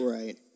right